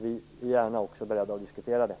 Vi är också beredda att diskutera dem.